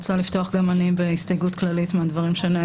השאלה אם לא צריך שאת כל הדברים האלה גם